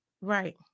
Right